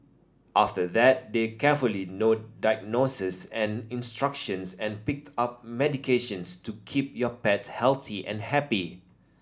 after that they carefully note diagnoses and instructions and pick up medications to keep your pet healthy and happy